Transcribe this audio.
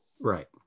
Right